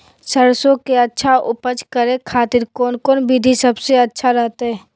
सरसों के अच्छा उपज करे खातिर कौन कौन विधि सबसे अच्छा रहतय?